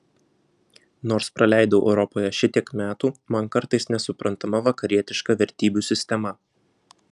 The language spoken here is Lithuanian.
nors praleidau europoje šitiek metų man kartais nesuprantama vakarietiška vertybių sistema